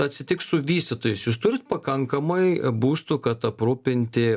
atsitiks su vystytojais jūs turit pakankamai būstų kad aprūpinti